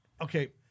Okay